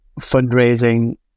fundraising